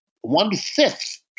one-fifth